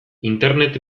internet